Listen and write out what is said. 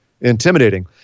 intimidating